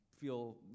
feel